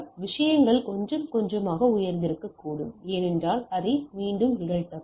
விஷயங்கள் கொஞ்சம் கொஞ்சமாக உயர்ந்திருக்கக்கூடும் ஏனென்றால் அதே மீண்டும் நிகழ்தகவு